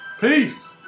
Peace